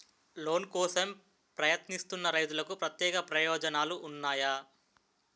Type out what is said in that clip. Loan కోసం ప్రయత్నిస్తున్న రైతులకు ప్రత్యేక ప్రయోజనాలు ఉన్నాయా?